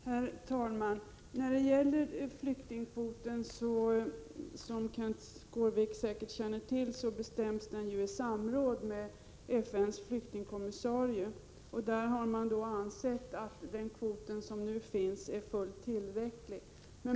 Herr talman! Som Kenth Skårvik säkert känner till bestäms flyktingkvoten i samråd med FN:s flyktingkommissarie, och man har ansett att den kvot vi nu tillämpar är fullt tillräcklig.